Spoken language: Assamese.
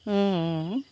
অঁ